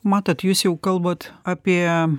matot jūs jau kalbat apie